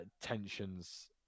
tensions